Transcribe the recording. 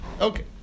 Okay